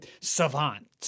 savant